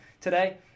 today